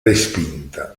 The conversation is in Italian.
respinta